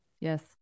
yes